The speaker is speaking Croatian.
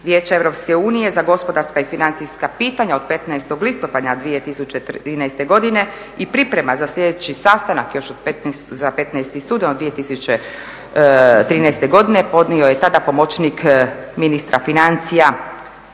unije za gospodarska i financijska pitanja od 15. listopada 2013. godine i priprema za sljedeći sastanak za 15. studeni 2013. godine podnio je tada pomoćnik ministra financija